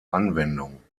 anwendung